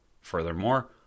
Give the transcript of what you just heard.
Furthermore